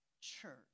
church